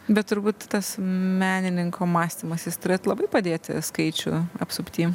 bet turbūt tas menininko mąstymas jis turėtų labai padėti skaičių apsupty